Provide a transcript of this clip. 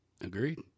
agreed